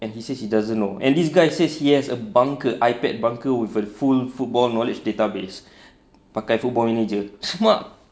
and he says he doesn't know and this guy says he has a bunker iPad bunker with a full football knowledge database pakai football manager semak